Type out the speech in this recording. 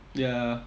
ya